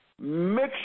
Make